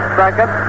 second